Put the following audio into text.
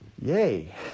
Yay